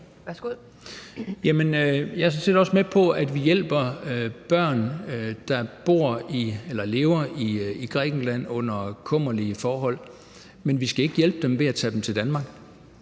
jeg er sådan set også med på, at vi hjælper børn, der lever i Grækenland under kummerlige forhold, men vi skal ikke hjælpe dem ved at tage dem til Danmark.